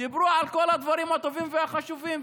דיברו על כל הדברים הטובים והחשובים,